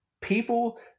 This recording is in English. people